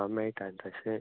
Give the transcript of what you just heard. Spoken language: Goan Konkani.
आं मेळटा न्ही तशें